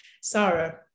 Sarah